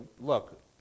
look